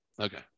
okay